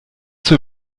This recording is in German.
zur